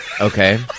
Okay